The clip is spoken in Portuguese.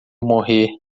morrer